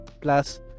plus